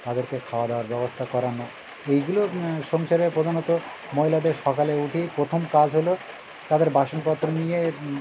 তাদেরকে খাওয়া দাওয়ার ব্যবস্থা করানো এইগুলো সংসারে প্রধানত মহিলাদের সকালে উঠেই প্রথম কাজ হলো তাদের বাসনপত্র নিয়ে